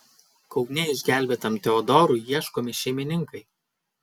kaune išgelbėtam teodorui ieškomi šeimininkai